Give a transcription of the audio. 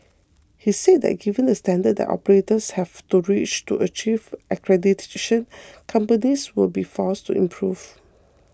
he said that given the standards that operators have to reach to achieve accreditation companies will be forced to improve